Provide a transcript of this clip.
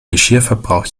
geschirrverbrauch